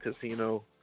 Casino